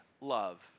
love